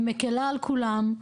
היא מקלה על כולם.